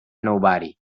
nobody